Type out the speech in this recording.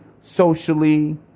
socially